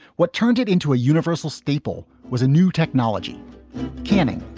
what turned it into a universal staple was a new technology canning